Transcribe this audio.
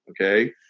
okay